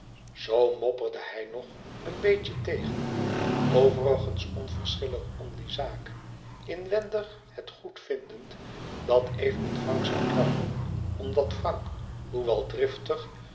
zoo mopperde hij nog een beetje tegen overigens onverschillig om die zaak inwendig het goed vindend dat eve met frank zoû trouwen omdat frank hoewel driftig